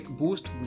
boost